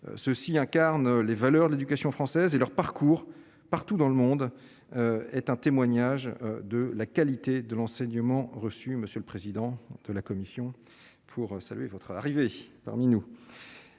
ceux-ci incarne les valeurs, l'éducation française et leur parcours partout dans le monde est un témoignage de la qualité de l'enseignement reçu, monsieur le président de la Commission pour saluer votre arrivée parmi nous